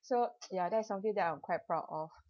so ya that's something that I'm quite proud of